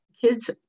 kids